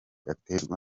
aterwa